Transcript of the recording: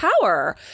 power